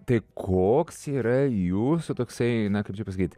tai koks yra jūsų toksai na kaip čia pasakyt